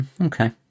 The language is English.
Okay